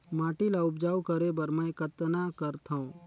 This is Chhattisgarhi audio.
माटी ल उपजाऊ करे बर मै कतना करथव?